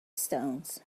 stones